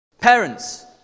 Parents